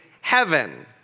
heaven